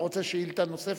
אתה רוצה שאילתא נוספת?